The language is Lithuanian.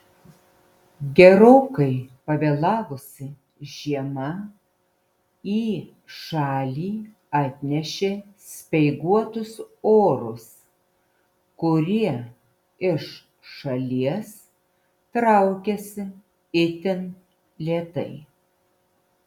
gerokai pavėlavusi žiema į šalį atnešė speiguotus orus kurie iš šalies traukiasi itin lėtai